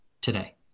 today